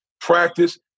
practice